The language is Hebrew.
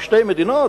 על שתי מדינות?